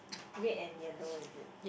red and yellow is it